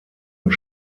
und